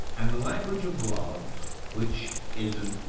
and the language of love, which is, ah